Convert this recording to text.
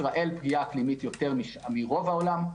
ישראל פגיעה אקלימית יותר מרוב העולם.